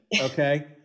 Okay